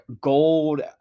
gold